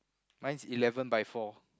mine is eleven by four